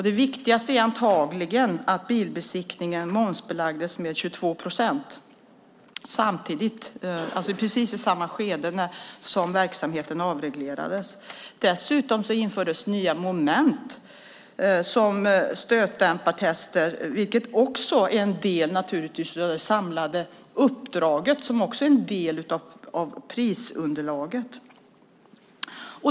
Den viktigaste är antagligen att bilbesiktningen momsbelades med 22 procent precis i samma skede som verksamheten avreglerades. Dessutom infördes nya moment, som stötdämpartester, vilka också naturligtvis är en del av det samlade uppdraget, som är en del av prisunderlaget.